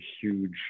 huge